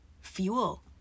fuel